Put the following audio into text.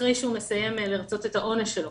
אחרי שהוא מסיים לרצות את העונש שלו,